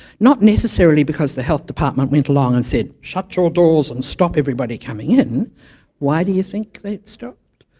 not necessarily because the health department went along and said shut your doors and stop everybody coming in why do you think they'd stopped?